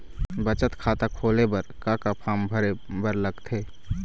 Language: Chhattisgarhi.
बचत खाता खोले बर का का फॉर्म भरे बार लगथे?